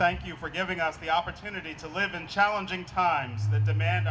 thank you for giving us the opportunity to live in challenging times the demand